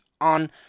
On